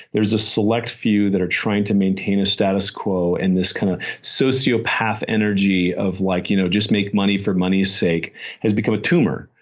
there's a select few that are trying to maintain a status quo and this kind of sociopath energy of like you know just make money for money's sake has become a tumor.